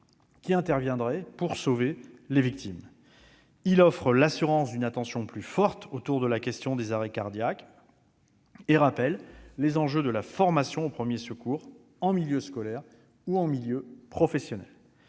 qui interviendraient pour sauver des victimes. Il offre l'assurance d'une attention plus forte à la question des arrêts cardiaques et répond aux enjeux de la formation aux premiers secours en milieu scolaire ou en milieu professionnel.